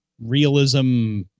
realism